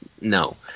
no